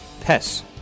Pests